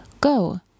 Go